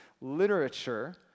literature